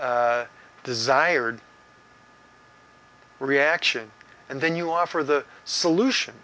desired reaction and then you offer the solution